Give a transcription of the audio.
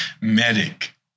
Medic